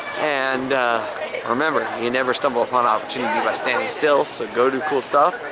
and remember, you never stumble upon opportunity by standing still, so go do cool stuff.